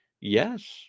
yes